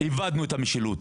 שאיבדנו את המשילות.